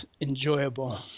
enjoyable